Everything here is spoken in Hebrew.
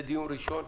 זה דיון ראשון.